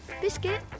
biscuit